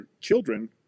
children